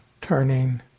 turning